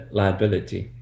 liability